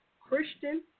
Christian